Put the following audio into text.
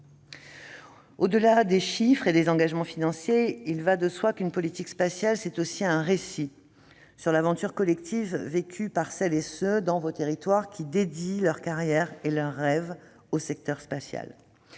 Au-delà des chiffres et des engagements financiers, il va de soi que, une politique spatiale, c'est aussi un récit sur l'aventure collective vécue par celles et ceux, dans vos territoires, qui dédient leur carrière et leurs rêves au secteur spatial.